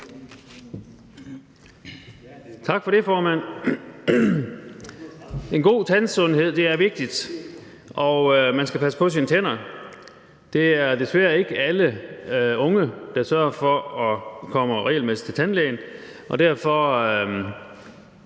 er vigtigt at have en god tandsundhed, og man skal passe på sine tænder. Det er desværre ikke alle unge, der sørger for at komme regelmæssigt til tandlæge. Derfor